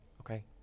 Okay